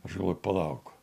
aš galvoju palauk